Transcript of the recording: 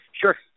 sure